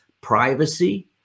privacy